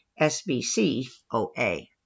SBCOA